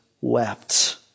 wept